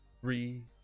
three